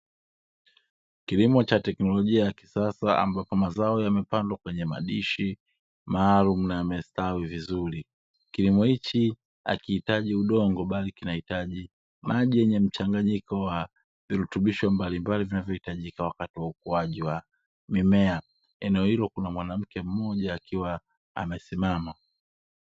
Kilimo cha teknolojia ya kisasa ambapo mazao yamepandwa kwenye madishi maalumu na yamestawi vizuri, kilimo hichi hakihitaji udongo bali kinahitaji maji yenye mchanganyiko wa virutubisho mbalimbali vinavyohitajika wakati wa ukuaji wa mimea, Eneo hilo kuna mwanamke mmoja akiwa amesimama.